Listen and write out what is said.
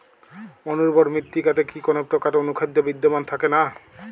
অনুর্বর মৃত্তিকাতে কি কোনো প্রকার অনুখাদ্য বিদ্যমান থাকে না?